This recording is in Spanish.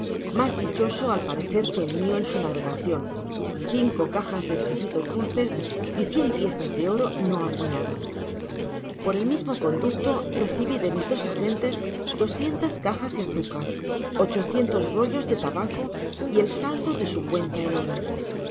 mas dichoso al parecer que el mio en su navegacion cinco cajas deesquisitos dulces y cien piezas de oro no acuñadas por el mismo conducto recibi de mis dos agentes doscientas cajas de azúcar ochocientos rollos de tabaco y el sal do de su cuenta en oro